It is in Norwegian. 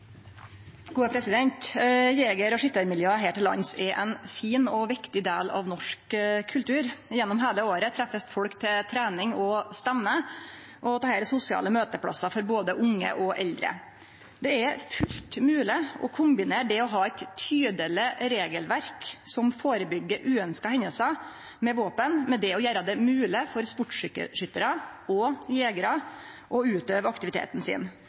ein fin og viktig del av norsk kultur. Gjennom heile året treffest folk til trening og stemne, og dette er sosiale møteplassar for både unge og eldre. Det er fullt mogleg å kombinere det å ha eit tydeleg regelverk som førebyggjer uønskte hendingar med våpen, med det å gjere det mogleg for sportsskyttarar og jegerar å utøve aktiviteten sin.